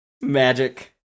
Magic